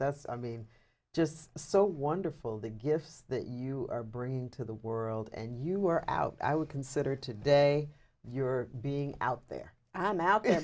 that's i mean just so wonderful the gifts that you are bringing into the world and you were out i would consider today you're being out there and i'm out